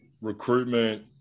recruitment